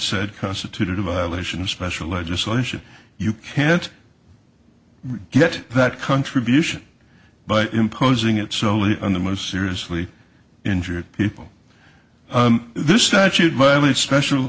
said constituted a violation of special legislation you can't get that contribution but imposing it solely on the most seriously injured people this statute